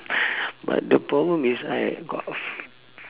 but the problem is I got f~